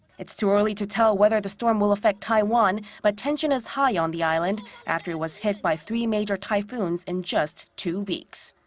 it's too early to tell whether the storm will affect taiwan, but tension is high on the island after it was hit by three major typhoons in just two weeks.